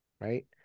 right